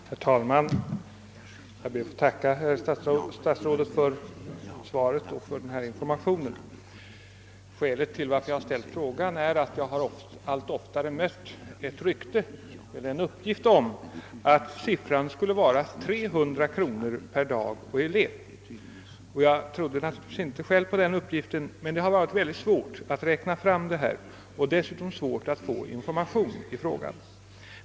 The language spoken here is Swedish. Herr talman! Jag ber att få tacka för den information som inrikesministern har lämnat i svaret. Skälet till att jag ställt frågan är att jag allt oftare har mött uppgiften att kostnaderna för denna verksamhet uppgår till 300 kronor per dag och: elev. Jag har naturligtvis inte trott på den uppgiften, men det har varit mycket svårt att räkna fram siffran och att få information i frågan.